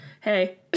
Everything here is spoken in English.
hey